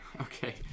Okay